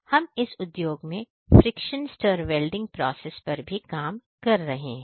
हम इस उद्योग में फ्रिक्शन स्टर वेल्डिंग प्रोसेस पर भी काम कर रहे हैं